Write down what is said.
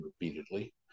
repeatedly